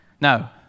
No